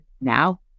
now